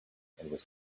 was